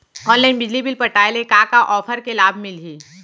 Online बिजली bill पटाय ले का का ऑफ़र के लाभ मिलही?